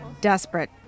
desperate